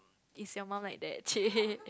is your mum like that chey